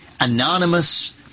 anonymous